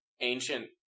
ancient